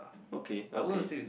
okay okay